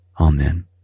amen